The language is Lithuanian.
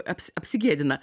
aps apsigėdina